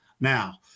Now